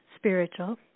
spiritual